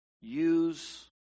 use